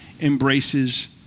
embraces